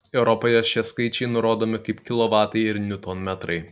europoje šie skaičiai nurodomi kaip kilovatai ir niutonmetrai